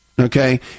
okay